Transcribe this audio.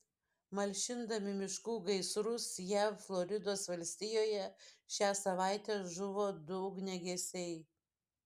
malšindami miškų gaisrus jav floridos valstijoje šią savaitę žuvo du ugniagesiai